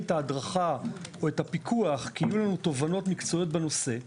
את ההדרכה או את הפיקוח כי יהיו לנו תובנות מקצועיות בנושא,